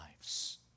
lives